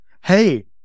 hey